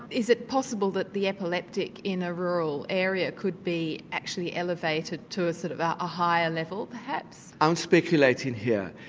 is it possible that the epileptic in a rural area could be actually elevated to a sort of um ah higher level perhaps? i'm speculating here.